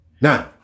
Now